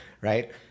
right